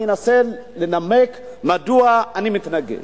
אני אנסה לנמק מדוע אני מתנגד.